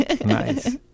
nice